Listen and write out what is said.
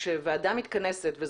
כשוועדה מתכנסת לדון בדברים האלה,